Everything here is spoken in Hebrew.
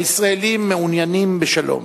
הישראלים מעוניינים בשלום,